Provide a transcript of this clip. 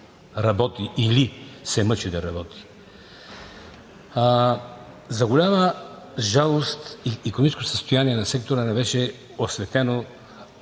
работи или се мъчи да работи. За голяма жалост, икономическото състояние на сектора не беше осветено